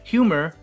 Humor